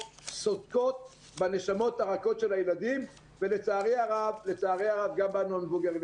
סודקות בנשמות הרכות של הילדים ולצערי הרב גם בנו המבוגרים.